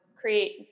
create